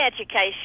education